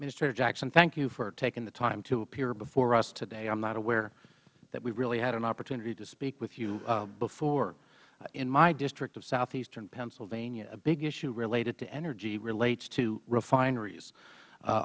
ministrator jackson thank you for taking the time to appear before us today i am not aware that we really had an opportunity to speak with you before in my district of southeastern pennsylvania a big issue related to energy relates to refineries